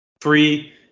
Three